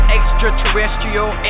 Extraterrestrial